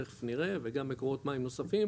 תיכף נראה וגם מקורות מים נוספים,